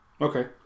Okay